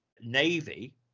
Navy